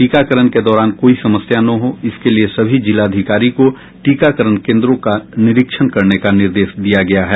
टीकाकरण के दौरान कोई समस्या न हो इसके लिये सभी जिलाधिकारी को टीकाकरण कोन्द्रों का निरीक्षण करने का निर्देश दिया गया है